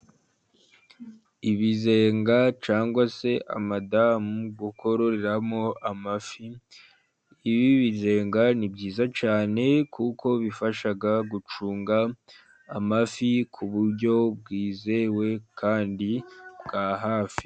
Ibizenga cyangwa se amadamu yo kororeramo amafi, ibi bizenga ni byiza cyane, kuko bifasha gucunga amafi ku buryo bwizewe kandi bwa hafi.